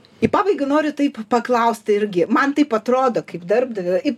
į pabaigą noriu taip paklausti irgi man taip atrodo kaip darbdaviui i